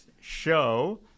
show